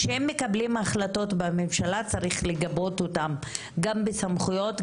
כשהם מקבלים החלטות בממשלה צריך לגבות אותם גם בסמכויות,